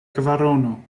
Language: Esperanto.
kvarono